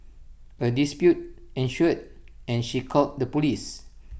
A dispute ensued and she called the Police